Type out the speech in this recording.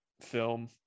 film